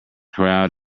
crowd